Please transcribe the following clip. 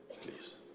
Please